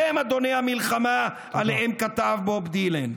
אתם אדוני המלחמה שעליהם כתב בוב דילן.